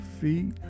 feet